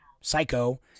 Psycho